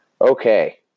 Okay